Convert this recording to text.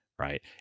right